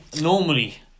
normally